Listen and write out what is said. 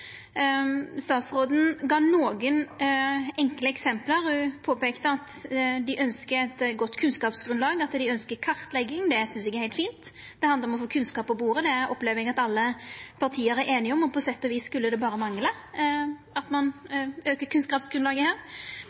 Statsråden gav nokre enkle eksempel, ho påpeikte at dei ønskjer eit godt kunnskapsgrunnlag, at dei ønskjer kartlegging. Det synest eg er heilt fint – det handlar om å få kunnskap på bordet. Det opplever eg at alle parti er einige om, og på sett og vis skulle det berre mangla at ein aukar kunnskapsgrunnlaget her.